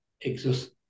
exist